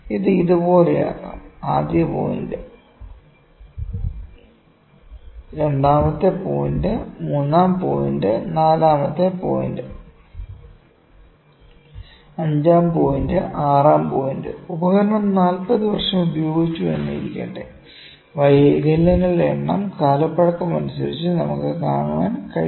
ഇത് ഇതുപോലെയാകാം ആദ്യ പോയിന്റ് രണ്ടാമത്തെ പോയിന്റ് മൂന്നാം പോയിന്റ് നാലാമത്തെ പോയിന്റ് അഞ്ചാം പോയിന്റ് ആറാം പോയിന്റ് ഉപകരണം 40 വർഷം ഉപയോഗിച്ചു എന്ന് ഇരിക്കട്ടെ വൈകല്യങ്ങളുടെ എണ്ണം കാലപ്പഴക്കം അനുസരിച്ചു നമുക്ക് കാണാൻ കഴിയും